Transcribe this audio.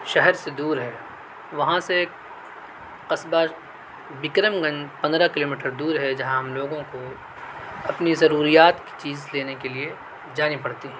شہر سے دور ہے وہاں سے قصبہ وکرم گنج پندرہ کلومیٹر دور ہے جہاں ہم لوگوں کو اپنی ضروریات کی چیز لینے کے لیے جانی پڑتی ہے